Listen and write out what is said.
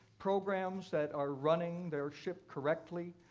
programs that are running their ship correctly,